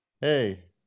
Hey